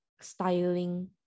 styling